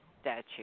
statute